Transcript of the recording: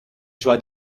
joies